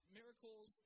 miracles